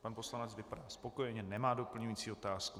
Pan poslanec vypadá spokojeně, nemá doplňující otázku.